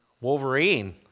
wolverine